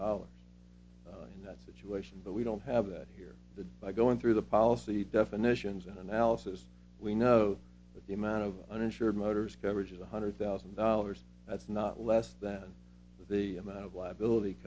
dollars in that situation but we don't have that here the by going through the policy definitions and analysis we know that the amount of uninsured motorist coverage is one hundred thousand dollars that's not less than the amount of liability